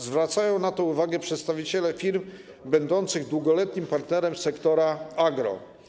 Zwracają na to uwagę przedstawiciele firm będących długoletnimi partnerami sektora agro.